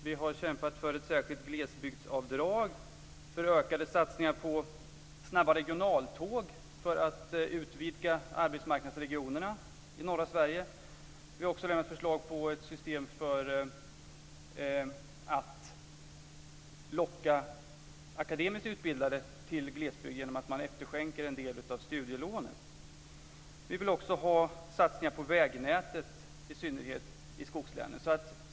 Vi har kämpat för ett särskilt glesbygdsavdrag för ökade satsningar på snabba regionaltåg för att utvidga arbetsmarknadsregionerna i norra Sverige. Vi har också lagt fram förslag till ett system för att locka akademiskt utbildade till glesbygd genom efterskänkning av en del av studielånen. Vi vill också ha satsningar på vägnätet, i synnerhet i skogslänen.